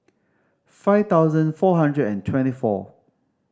five thousand four hundred and twenty four